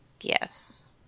Yes